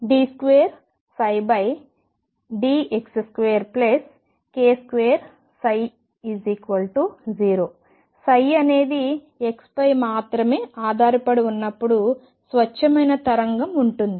d2dx2k2ψ0 అనేది xపై మాత్రమే ఆధారపడి ఉన్నప్పుడు స్వచ్ఛమైన తరంగం ఉంటుంది